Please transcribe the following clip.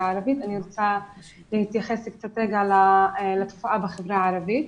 הערבית ואני רוצה להתייחס לתופעה בחברה הערבית.